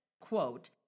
quote